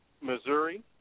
Missouri